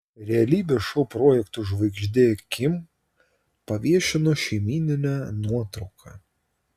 realybės šou projektų žvaigždė kim paviešino šeimyninę nuotrauką